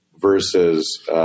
versus